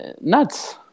nuts